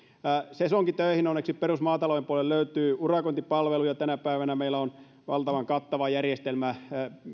sesonkitöihin perusmaatalouden puolelle onneksi löytyy urakointipalveluja tänä päivänä meillä on valtavan kattava järjestelmä